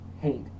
hate